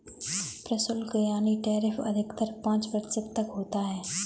प्रशुल्क यानी टैरिफ अधिकतर पांच प्रतिशत तक होता है